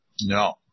No